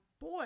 boy